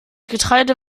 getreide